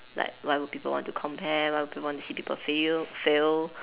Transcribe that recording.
like why would people want to compare why would people want to see people fail fail